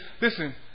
Listen